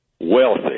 Wealthy